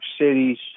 cities